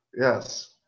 Yes